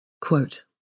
Quote